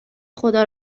خدا